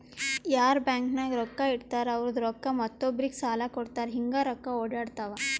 ಯಾರ್ ಬ್ಯಾಂಕ್ ನಾಗ್ ರೊಕ್ಕಾ ಇಡ್ತಾರ ಅವ್ರದು ರೊಕ್ಕಾ ಮತ್ತೊಬ್ಬರಿಗ್ ಸಾಲ ಕೊಡ್ತಾರ್ ಹಿಂಗ್ ರೊಕ್ಕಾ ಒಡ್ಯಾಡ್ತಾವ